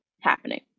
happening